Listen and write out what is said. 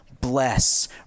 bless